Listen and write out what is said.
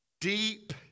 deep